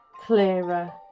clearer